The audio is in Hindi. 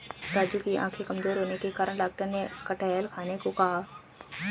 राजू की आंखें कमजोर होने के कारण डॉक्टर ने कटहल खाने को कहा